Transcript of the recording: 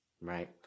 Right